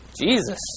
Jesus